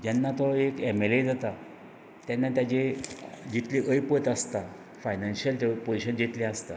जेन्ना तो एक एमएलए जाता जेन्ना ताजी जितली ऐपत आसता फायन्यानशियल पयशे जितलें आसता